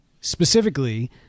specifically